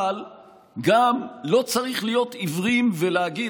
אבל גם לא צריך להיות עיוורים ולהגיד: